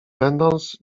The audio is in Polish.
będąc